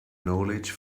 knowledge